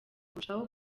kurushaho